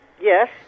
Yes